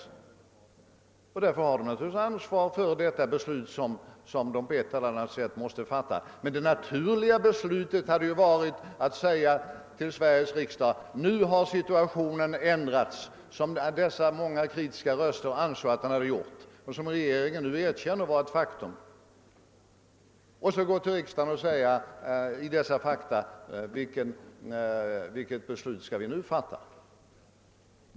Därför bär de som sitter i regeringen också ansvaret för det beslut som de på ett eller annat sätt måste fatta. Men det naturliga beslutet hade ju varit att man sagt till Sveriges riksdag: Nu har situationen ändrats, så som dessa många kritiska röster anser att den gjort — och som regeringen för övrigt numera erkänner vara ett faktum. Vilket beslut skall vi, på basis av detta faktum, fatta?